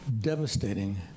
devastating